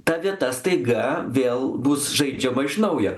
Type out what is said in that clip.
ta vieta staiga vėl bus žaidžiama iš naujo